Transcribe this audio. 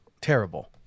Terrible